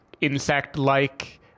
insect-like